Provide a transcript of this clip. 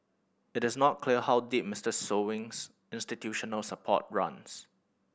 it is not clear how deep Mister Sewing's institutional support runs